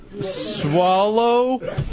Swallow